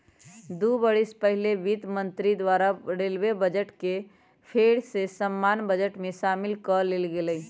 दू बरिस पहिले वित्त मंत्री द्वारा रेलवे बजट के फेर सँ सामान्य बजट में सामिल क लेल गेलइ